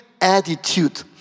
attitude